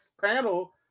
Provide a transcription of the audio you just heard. panel